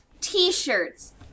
t-shirts